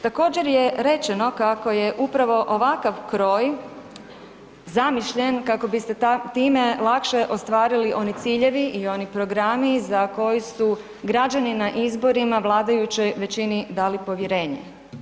Također je rečeno kako je upravo ovakav kroj zamišljen kako biste time lakše ostvarili one ciljevi i oni programi za koji su građani na izborima vladajućoj većini dali povjerenje.